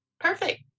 Perfect